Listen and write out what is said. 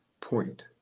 point